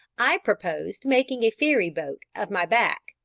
i proposed making a ferry-boat of my back,